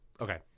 Okay